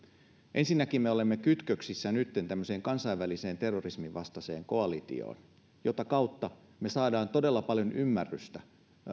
ensinnäkin me olemme kytköksissä nytten tämmöiseen kansainväliseen terrorismin vastaiseen koalitioon mitä kautta me saamme todella paljon ymmärrystä